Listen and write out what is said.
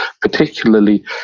Particularly